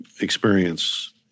experience